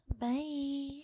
Bye